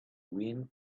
wind